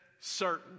certain